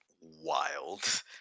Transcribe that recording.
wild